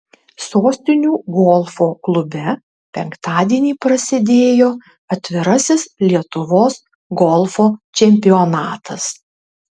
sostinių golfo klube penktadienį prasidėjo atvirasis lietuvos golfo čempionatas